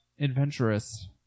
adventurous